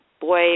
boy